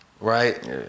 right